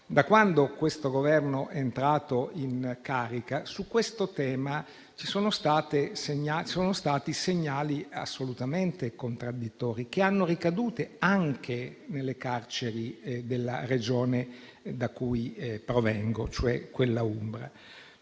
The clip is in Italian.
da quando questo Governo è entrato in carica, su questo tema ci sono stati segnali assolutamente contraddittori, che hanno ricadute anche nelle carceri della Regione da cui provengo, e cioè quella umbra.